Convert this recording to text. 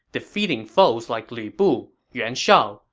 defeating foes like lu bu, yuan shao,